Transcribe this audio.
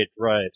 right